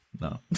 no